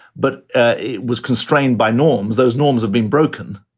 but it was constrained by norms. those norms have been broken.